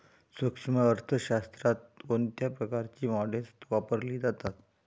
सूक्ष्म अर्थशास्त्रात कोणत्या प्रकारची मॉडेल्स वापरली जातात?